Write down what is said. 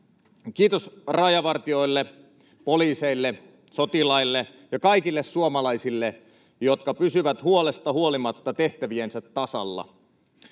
Kiitos rajavartijoille, poliiseille, sotilaille ja kaikille suomalaisille, jotka pysyvät huolesta huolimatta tehtäviensä tasalla.